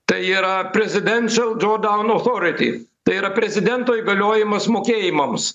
tai yra presidential drawdown authority tai yra prezidento įgaliojimas mokėjimams